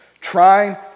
trying